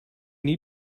need